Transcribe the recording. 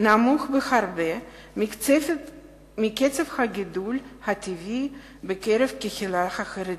נמוך בהרבה מקצב הגידול הטבעי בקרב הקהילה החרדית.